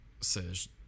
says